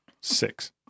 Six